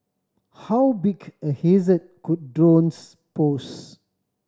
how big a hazard could drones pose